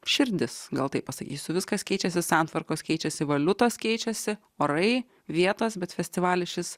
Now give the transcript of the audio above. širdis gal taip pasakysiu viskas keičiasi santvarkos keičiasi valiutos keičiasi orai vietos bet festivalis šis